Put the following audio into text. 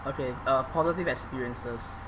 okay uh positive experiences